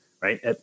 right